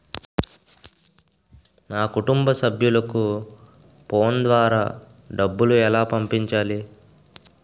నా కుటుంబ సభ్యులకు ఫోన్ ద్వారా డబ్బులు ఎలా పంపించాలి?